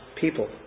people